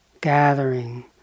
gathering